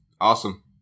Awesome